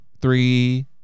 three